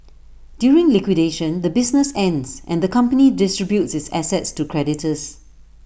during liquidation the business ends and the company distributes its assets to creditors